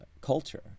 culture